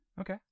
Okay